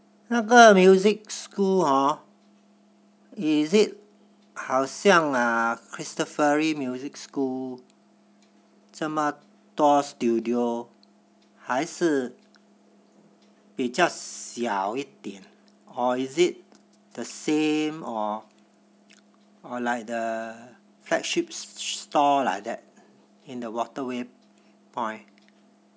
那个 music school hor is it 好像 ah cristofori music school 这么多 studio 还是比较小一点 or is it the same or or like the flagship store like that in the waterway point